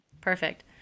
Perfect